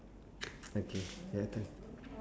okay your turn